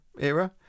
era